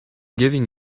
giving